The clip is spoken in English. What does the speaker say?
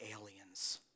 aliens